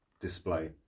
display